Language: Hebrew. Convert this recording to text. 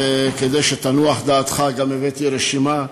וכדי שתנוח דעתך גם הבאתי רשימה,